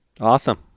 Awesome